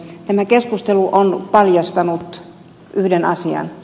tämä keskustelu on paljastanut yhden asian